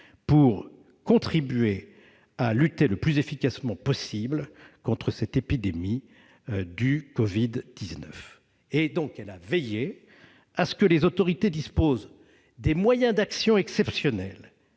pour contribuer à lutter le plus efficacement possible contre cette épidémie du Covid-19. Elle a donc veillé à ce que les autorités disposent des moyens d'action exceptionnels